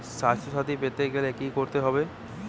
স্বাস্থসাথী পেতে গেলে কি করতে হবে?